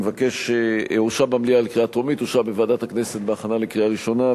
אושרה בוועדת הכנסת בהכנה לקריאה ראשונה,